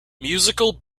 musical